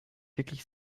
wirklich